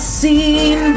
seen